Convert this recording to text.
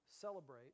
celebrate